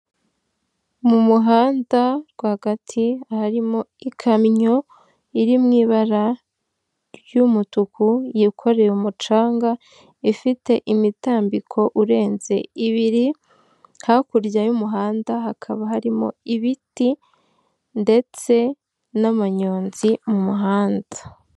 Mu muhanda rwagati harimo ikamyo iri mu ibara ry'umutuku yikoreye umucanga ifite imitambiko urenze ibiri, hakurya y'umuhanda hakaba harimo ibiti ndetse n'umunyonzi mu muhanda.